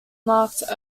marked